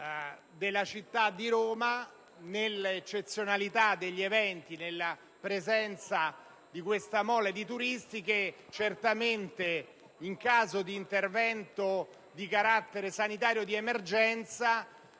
della città di Roma per l'eccezionalità degli eventi e per la presenza di questa grande mole di turisti. In caso di interventi di carattere sanitario di emergenza,